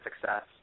success